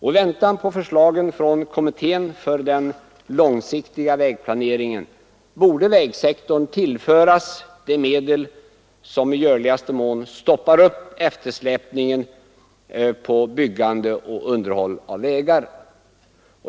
I väntan på förslagen från kommittén för den långsiktiga vägplaneringen borde vägsektorn tillföras medel som i görligaste mån stoppar upp eftersläpningen i fråga om byggande och underhåll av vägar.